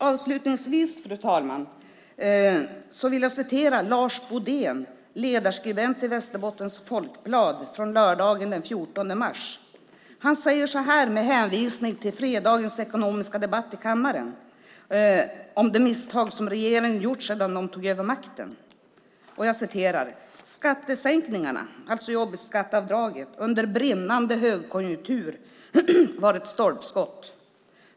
Avslutningsvis, fru talman, vill jag citera Lars Bodén, ledarskribent i Västerbottens Folkblad från lördagen den 14 mars. Han säger så här med hänvisning till fredagens ekonomiska debatt i kammaren om de misstag som regeringen gjort sedan de borgerliga tog över makten: Skattesänkningarna, alltså jobbskatteavdraget, under brinnande högkonjunktur var ett stolpskott.